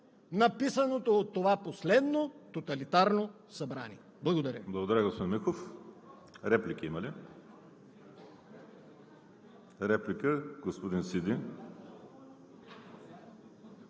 написаното от това последно тоталитарно Събрание? Благодаря